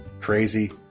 crazy